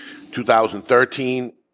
2013